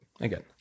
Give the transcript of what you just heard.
again